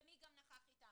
ומי גם נכח איתה.